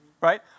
right